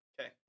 Okay